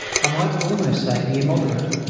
i might almost say the immoderate,